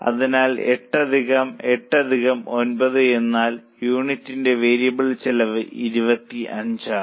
അതിനാൽ 8 അധികം 8 അധികം 9 എന്നാൽ യൂണിറ്റിന് വേരിയബിൾ ചെലവ് 25 ആണ്